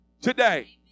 today